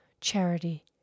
Charity